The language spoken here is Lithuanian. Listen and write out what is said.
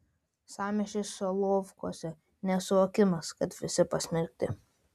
sąmyšis solovkuose nesuvokimas kad visi pasmerkti